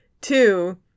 Two